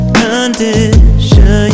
condition